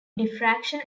diffraction